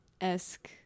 esque